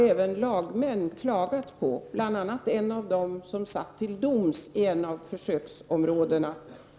Även lagmän har klagat på detta, bl.a. en av dem som satt till doms i ett av försöksområdena.